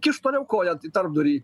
kiš toliau koją į tarpdurį